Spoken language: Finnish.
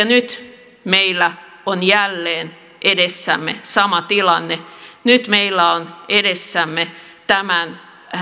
nyt meillä on jälleen edessämme sama tilanne nyt meillä on edessämme tämän